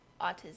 autism